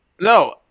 no